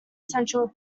center